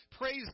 Praise